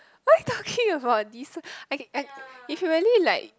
why talking about this I I if you really like